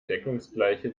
deckungsgleiche